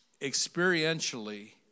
experientially